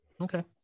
Okay